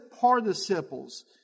participles